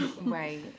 Right